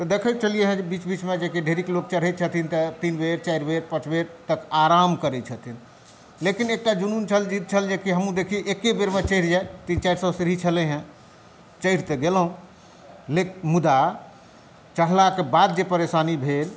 देखै छलिए हँ जे बीच बीचमे ढेरिक लोक चढ़ैत छथिन तऽ तीन बेर चारि बेर पाँच बेर तक आराम करै छथिन लेकिन एकटा जुनून छल ज़िद छल जे कि हमहुँ देखिए जे एके बेरमे चढ़ि जाइ तीन चारि सओ सीढ़ी छलै हँ चढ़ि तऽ गेलहुँ मुदा चढ़लाके बाद जे परेशानी भेल